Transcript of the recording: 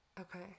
okay